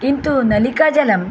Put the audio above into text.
किन्तु नलिकाजलं